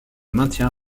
maintien